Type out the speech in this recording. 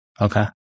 Okay